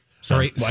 sorry